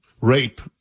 rape